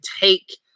take